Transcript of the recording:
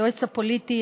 היועץ הפוליטי,